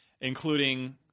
Including